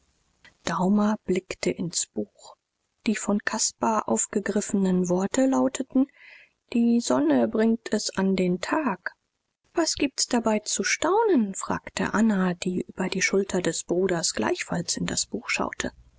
daumer blickte ins buch die von caspar aufgegriffenen worte lauteten die sonne bringt es an den tag was gibt's dabei zu staunen fragte anna die über die schulter des bruders gleichfalls in das buch schaute